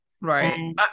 right